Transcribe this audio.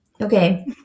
Okay